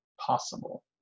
possible